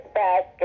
back